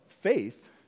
faith